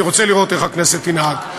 אני רוצה לראות איך הכנסת תנהג.